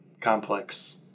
complex